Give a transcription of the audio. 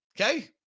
Okay